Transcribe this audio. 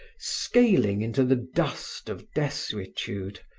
scaling into the dust of desuetude,